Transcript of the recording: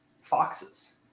foxes